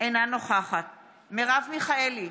אינה נוכחת מרב מיכאלי,